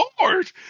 Lord